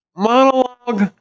Monologue